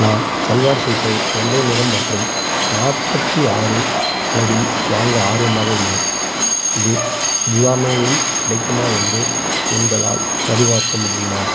நான் சல்வார் சூட்டை வெள்ளை நிறம் மற்றும் நாற்பத்தி ஆறு அளவில் வாங்க ஆர்வமாக உள்ளேன் இது ஜிவாமேயில் கிடைக்குமா என்று உங்களால் சரிபார்க்க முடியுமா